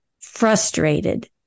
frustrated